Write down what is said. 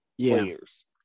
players